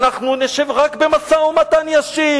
אנחנו נשב רק במשא-ומתן ישיר,